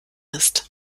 ist